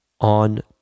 On